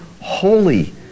holy